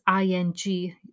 ing